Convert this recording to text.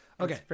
Okay